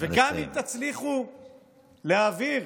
וגם אם תצליחו להעביר